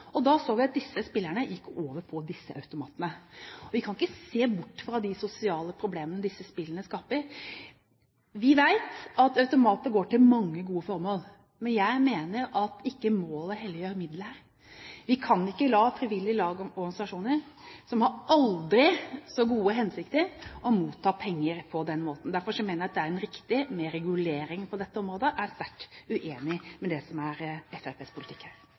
og da så vi at disse spillerne gikk over på disse automatene. Og vi kan ikke se bort fra de sosiale problemene disse spillene skaper. Vi vet at automatinntektene går til mange gode formål, men jeg mener at målet ikke helliger middelet her. Vi kan ikke la frivillige lag og organisasjoner, som har aldri så gode hensikter, motta penger på den måten. Derfor mener jeg det er riktig med regulering på dette området, og jeg er sterkt uenig i Fremskrittspartiets politikk